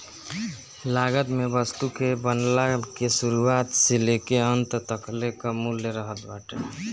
लागत में वस्तु के बनला के शुरुआत से लेके अंत तकले कअ मूल्य रहत बाटे